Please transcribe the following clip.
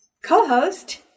Co-host